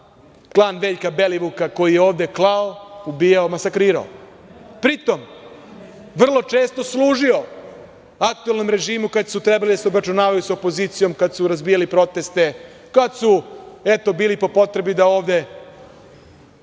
klan Veljka Belivuka koji je ovde krao, ubijao, masakrirao. Pritom, vrlo često služio aktuelnom režimu kada su trebali da se obračunavaju sa opozicijom, kad su razbijali proteste, kad su eto, bili po potrebi da ovde